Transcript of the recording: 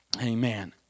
Amen